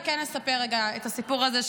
וכן לספר את הסיפור הזה,